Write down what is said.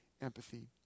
empathy